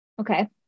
okay